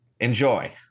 Enjoy